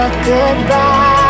Goodbye